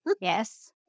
Yes